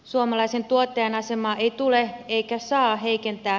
suomalaisen tuottajan asemaa ei tule eikä saa heikentää